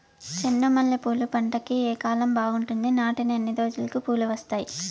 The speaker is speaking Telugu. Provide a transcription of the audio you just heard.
చెండు మల్లె పూలు పంట కి ఏ కాలం బాగుంటుంది నాటిన ఎన్ని రోజులకు పూలు వస్తాయి